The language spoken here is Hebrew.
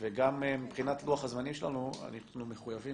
וגם מבחינת לוח הזמנים שלנו, אנחנו מחויבים